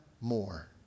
more